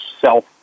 self